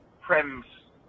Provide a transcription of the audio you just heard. Prem's